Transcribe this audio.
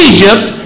Egypt